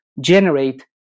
generate